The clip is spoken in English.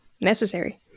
Necessary